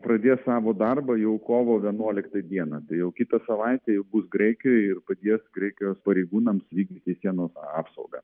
pradės savo darbą jau kovo vienuoliktą dieną tai jau kitą savaitę jau bus graikijoj ir padės graikijos pareigūnamsvykdyti sienos apsaugą